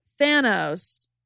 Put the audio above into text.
Thanos